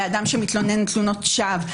לאדם שמתלונן תלונות שווא,